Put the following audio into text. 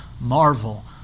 marvel